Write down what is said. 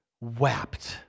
wept